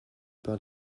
par